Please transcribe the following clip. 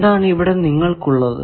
എന്താണ് ഇവിടെ നിങ്ങൾക്കുള്ളത്